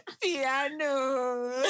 Piano